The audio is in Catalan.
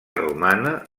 romana